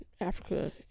Africa